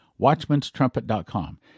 Watchman'sTrumpet.com